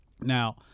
Now